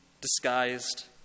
disguised